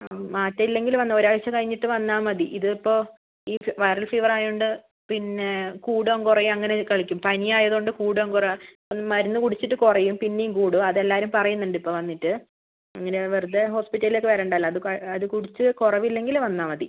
മാറ്റം ഇല്ലെങ്കിൽ വന്നോ ഒരാഴ്ച്ച കഴിഞ്ഞിട്ട് വന്നാൽ മതി ഇതിപ്പോൾ ഈ വൈറൽ ഫീവർ ആയതുകൊണ്ട് പിന്നെ കൂടുകയും കുറയുകയും അങ്ങനെ കളിക്കും പനിയായതുകൊണ്ട് കൂടുകയും കുറയുകയും മരുന്ന് കുടിച്ചിട്ട് കുറയും പിന്നെയും കൂടും അത് എല്ലാവരും പറയുന്നുണ്ട് ഇപ്പോൾ വന്നിട്ട് അങ്ങനെ വെറുതെ ഹോസ്പിറ്റലിലേക്ക് വരേണ്ടല്ലോ അത് കുടിച്ച് കുറവില്ലെങ്കിൽ വന്നാൽ മതി